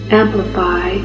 amplify